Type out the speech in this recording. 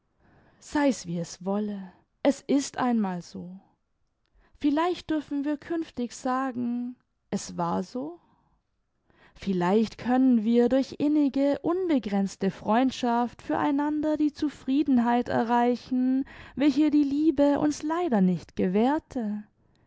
sei's wie es wolle es ist einmal so vielleicht dürfen wir künftig sagen es war so vielleicht können wir durch innige unbegrenzte freundschaft für einander die zufriedenheit erreichen welche die liebe uns leider nicht gewährte